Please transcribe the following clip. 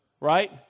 right